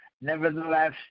Nevertheless